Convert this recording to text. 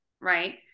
right